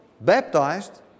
baptized